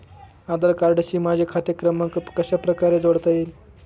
आधार कार्डशी माझा खाते क्रमांक कशाप्रकारे जोडता येईल?